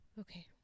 okay